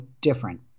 different